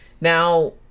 Now